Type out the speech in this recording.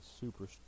super